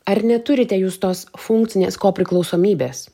ar neturite jūs tos funkcinės priklausomybės